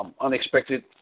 unexpected